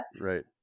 Right